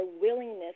willingness